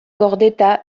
gordeta